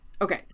okay